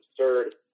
absurd